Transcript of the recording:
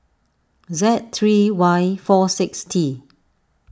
Z three Y four six T